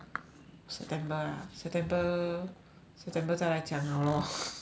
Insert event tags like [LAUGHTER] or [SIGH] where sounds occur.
september ah september september 再来讲好 lor [NOISE]